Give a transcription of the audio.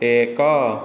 ଏକ